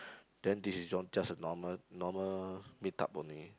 then this is just a normal normal meet up only